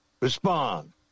respond